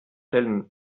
stellen